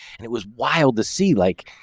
and it was wild to see, like,